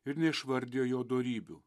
ir neišvardijo jo dorybių